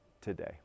today